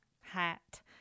hat